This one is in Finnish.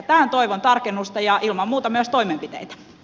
tähän toivon tarkennusta ja ilman muuta myös toimenpiteitä